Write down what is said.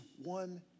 one